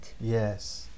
Yes